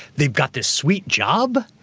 they've got this sweet job,